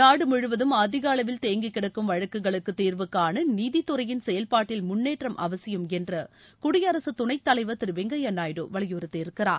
நாடுமுழுவதும் அதிகஅளவில் தேங்கிகிடக்கும் வழக்குகளுக்குதீரவுகாணநீதித்துறையின் செயல்பாட்டில் முன்னேற்றம் அவசியம் என்றுகுடியரசுதுணைத் தலைவர் திருவெங்கயாநாயுடு வலியுறுத்தி இருக்கிறார்